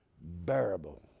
bearable